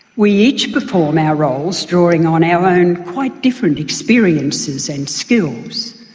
we each perform our roles drawing on our own quite different experiences and skills.